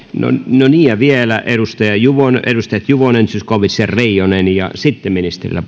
no niin ja vielä edustajat juvonen zyskowicz ja reijonen ja sitten ministerillä